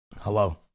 Hello